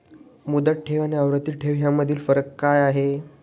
मुदत ठेव आणि आवर्ती ठेव यामधील फरक काय आहे?